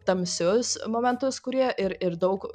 tamsius momentus kurie ir ir daug